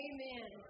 Amen